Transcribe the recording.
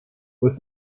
with